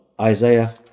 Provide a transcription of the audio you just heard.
isaiah